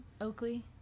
Oakley